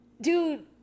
dude